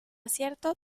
cierto